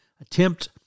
attempt